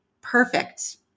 perfect